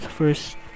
First